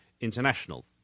international